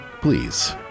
please